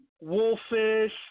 wolfish